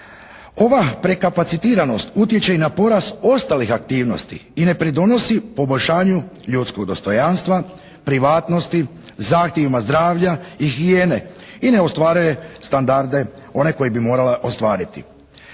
Ova prekapacitiranost utječe i na porast ostalih aktivnosti i ne pridonosi poboljšanju ljudskog dostojanstva, privatnosti, zahtjevima zdravlja i higijene i ne ostvaruje standarde one koje bi morala ostvariti.